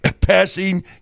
passing